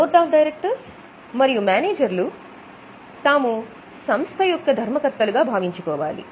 board of directors మరియు మేనేజర్లు తాము సంస్థ యొక్క ధర్మకర్తలుగా భావించుకోవాలి